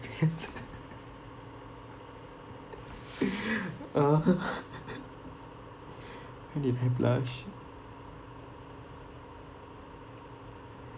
uh when did I blush